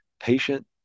patient